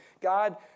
God